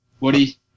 Woody